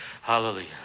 Hallelujah